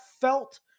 felt